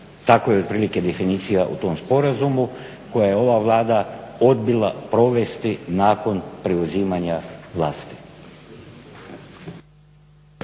Tako je otprilike definicija u tom sporazumu koji je ova Vlada odbila provesti nakon preuzimanja vlasti.